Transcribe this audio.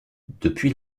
depuis